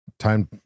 time